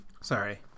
Sorry